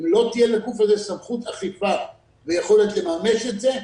אם לא תהיה לגוף הזה סמכות אכיפה ויכולת לממש את זה,